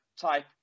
type